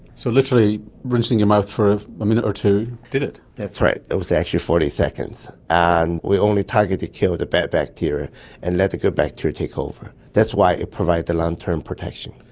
so literally rinsing your mouth for a minute or two did it. that's right. it was actually forty seconds. and we only targeted the bad bacteria and let the good bacteria take over. that's why it provides the long term protection.